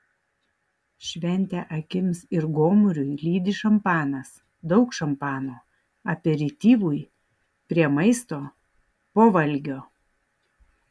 šventę akims ir gomuriui lydi šampanas daug šampano aperityvui prie maisto po valgio